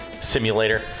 Simulator